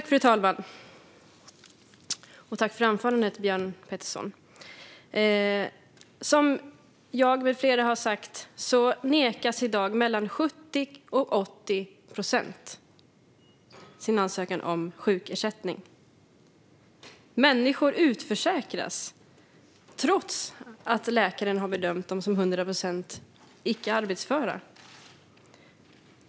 Fru talman! Tack för anförandet, Björn Petersson! Som jag med flera har sagt nekas i dag 70-80 procent av dem som ansöker om sjukersättning. Människor utförsäkras trots att läkaren har bedömt dem som 100 procent icke arbetsföra.